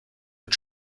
mit